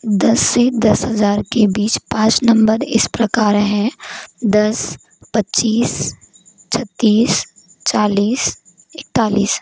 दस से दस हज़ार के बीच पाँच नंबर इस प्रकार हैं दस पच्चीस छत्तीस चालीस इकतालीस